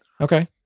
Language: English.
Okay